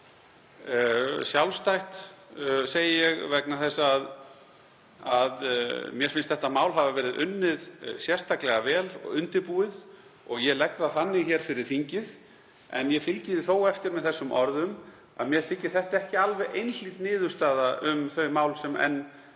sjálfstætt vegna þess að mér finnst þetta mál hafa verið unnið sérstaklega vel og undirbúið og ég legg það þannig fyrir þingið. En ég fylgi því þó eftir með þessum orðum að mér þykir þetta ekki alveg einhlít niðurstaða um þau mál sem enn